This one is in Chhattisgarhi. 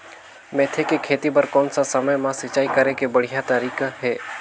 मेथी के खेती बार कोन सा समय मां सिंचाई करे के बढ़िया तारीक हे?